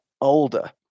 older